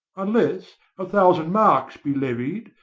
unless a thousand marks be levied,